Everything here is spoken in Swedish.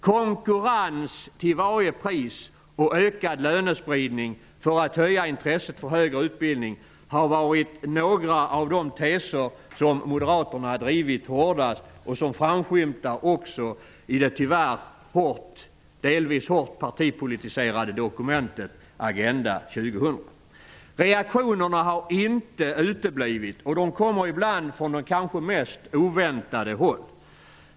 Konkurrens till varje pris och ökad lönespridning för att höja intresset för högre utbildning har varit några av de teser som moderaterna har drivit hårdast och som framskymtar också i det tyvärr delvis hårt partipolitiserade dokumentet Agenda Reaktionerna har inte uteblivit, och de kommer ibland från de kanske mest oväntade håll.